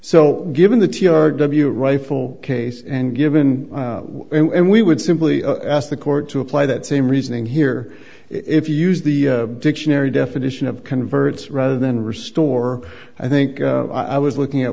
so given the t r w rifle case and given and we would simply ask the court to apply that same reasoning here if you use the dictionary definition of converts rather than restore i think i was looking at